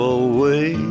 away